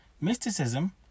Mysticism